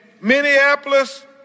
Minneapolis